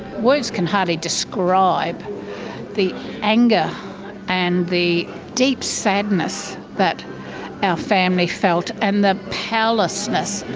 words can hardly describe the anger and the deep sadness that our family felt and the powerlessness,